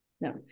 No